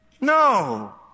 No